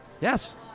yes